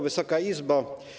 Wysoka Izbo!